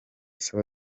saba